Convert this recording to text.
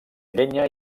llenya